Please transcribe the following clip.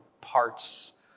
parts